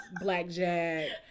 blackjack